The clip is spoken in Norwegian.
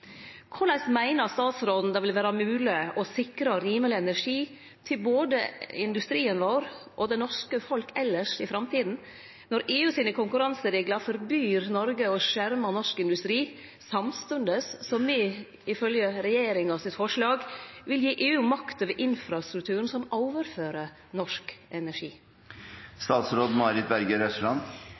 Korleis meiner statsråden det vil vere mogleg å sikre rimeleg energi til både industrien vår og det norske folket elles i framtida, når EU sine konkurransereglar forbyr Noreg å skjerme norsk industri, samstundes som me, ifølgje forslaget frå regjeringa, vil gi EU makt over infrastrukturen som overfører norsk